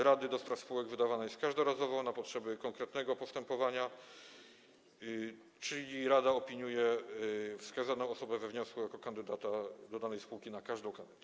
Opinia rady do spraw spółek wydawana jest każdorazowo na potrzeby konkretnego postępowania, czyli rada opiniuje osobę wskazaną we wniosku jako kandydata do danej spółki na każdą kadencję.